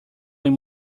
when